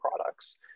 products